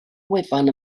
wefan